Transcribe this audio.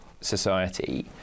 society